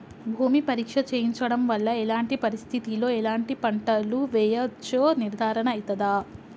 భూమి పరీక్ష చేయించడం వల్ల ఎలాంటి పరిస్థితిలో ఎలాంటి పంటలు వేయచ్చో నిర్ధారణ అయితదా?